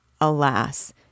alas